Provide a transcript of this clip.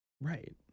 Right